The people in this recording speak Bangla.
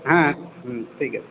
হ্যাঁ হুম ঠিক আছে